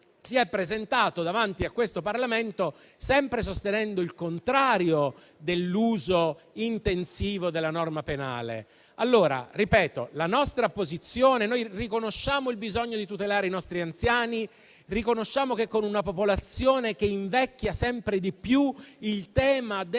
si è presentato davanti a questo Parlamento sempre sostenendo il contrario dell'uso intensivo della norma penale. Ripeto, riconosciamo il bisogno di tutelare i nostri anziani e ammettiamo che, con una popolazione che invecchia sempre di più, il tema della